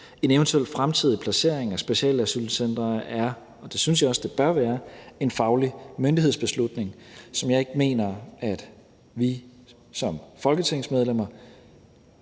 En eventuel fremtidig placering af specialasylcentre er – og det synes jeg også det bør være – en faglig myndighedsbeslutning, som jeg ikke mener at vi som folketingsmedlemmer